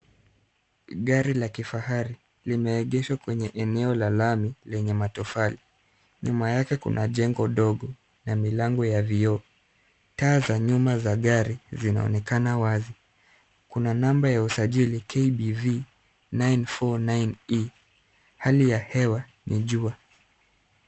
Gari la kifahari limeegeshwa kwenye eneo la lami lenye matofali. Nyuma yake kuna jengo dogo na milango ya vioo. Taa za nyuma za gari zinaonekana wazi. Kuna namba za usajili KBV 949E. Hali ya hewa ni jua.